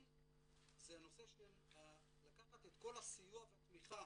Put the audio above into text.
זה הנושא של לקחת את כל הסיוע והתמיכה